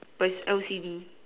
but is L_C_D